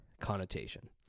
connotation